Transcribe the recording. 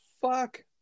fuck